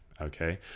Okay